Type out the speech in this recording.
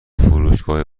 فروشگاه